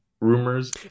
rumors